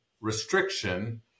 restriction